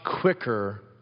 quicker